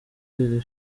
iri